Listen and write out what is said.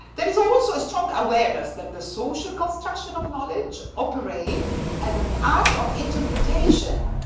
there is also a strong awareness that the social construction of knowledge operates as an act of interpretation.